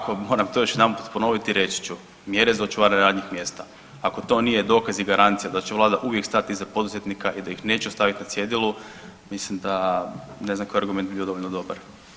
Ako, ako moram to još jedanput ponoviti i reći ću, mjere za očuvanje radnih mjesta, ako to nije dokaz i garancija da će Vlada uvijek stati iza poduzetnika i da ih neće ostaviti na cjedilu, mislim da, ne znam koji argument bi bio dovoljno dobar.